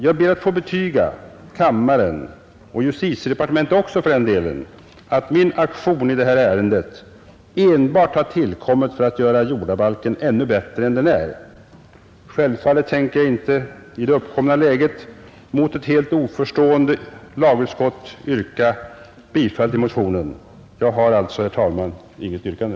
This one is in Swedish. Jag ber att få betyga kammaren — och justitiedepartementet också, för den delen — att min aktion i det här ärendet enbart har tillkommit för att göra jordabalken ännu bättre än den är. Självfallet tänker jag inte i det uppkomna läget, mot ett helt oförstående lagutskott, yrka bifall till motionen. Jag har alltså, herr talman, inget yrkande.